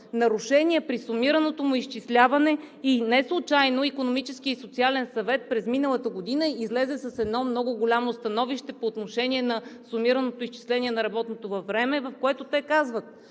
…нарушение при сумираното му изчисляване. Неслучайно Икономическият и социален съвет през миналата година излезе с едно много голямо становище по отношение на сумираното изчисление на работното време, в което те казват: